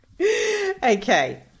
Okay